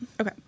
okay